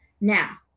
now